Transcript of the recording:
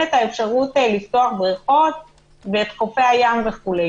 את האפשרות לפתוח בריכות ואת חופי הים וכו'.